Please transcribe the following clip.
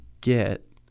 get